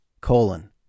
colon